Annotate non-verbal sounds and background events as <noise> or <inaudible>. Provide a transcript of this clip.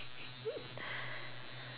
<laughs>